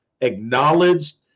acknowledged